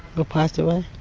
but passed away.